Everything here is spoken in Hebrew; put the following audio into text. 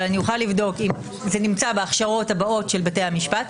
אבל אני אוכל לבדוק אם זה נמצא בהכשרות הבאות של בתי המשפט.